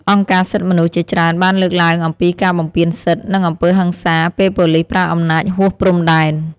អង្គការសិទ្ធិមនុស្សជាច្រើនបានលើកឡើងអំពីការបំពានសិទ្ធិ និងអំពើហិង្សា ពេលប៉ូលីសប្រើអំណាចហួសព្រំដែន។